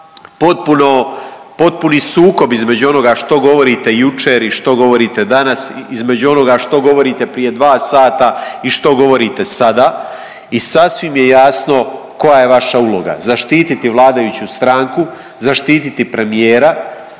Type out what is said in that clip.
potpun i sukob između onoga što govorite jučer i što govorite danas, između onoga što govorite prije dva sata i što govorite sada. I sasvim je jasno koja je vaša uloga, zaštiti vladajuću stranku, zaštiti premijera